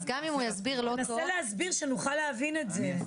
אז גם אם הוא יסביר לא טוב --- תנסה להסביר שנוכל להבין את זה.